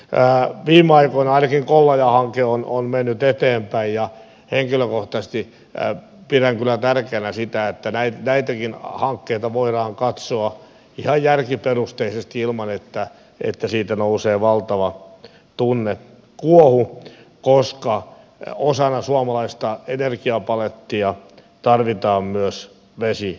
viime aikoina ainakin kollaja hanke on mennyt eteenpäin ja henkilökohtaisesti pidän kyllä tärkeänä sitä että näitäkin hankkeita voidaan katsoa ihan järkiperusteisesti ilman että siitä nousee valtava tunnekuohu koska osana suomalaista energiapalettia tarvitaan myös vesivoimaa